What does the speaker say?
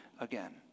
again